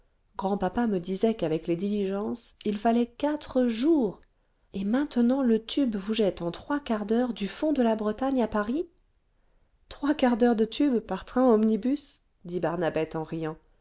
grand-papa me disait qu'avec les diligences il fallait quatre jours et maintenant le tube vous jette en trois quarts d'heure du fond de la bretagne à paris trois quarts d'heure de tube par train omnibus dit barnabette en riant